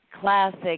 classic